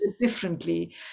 differently